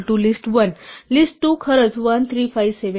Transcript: list 2 खरंच 1 3 5 आणि 7 आहे